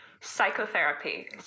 psychotherapy